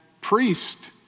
priest